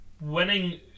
Winning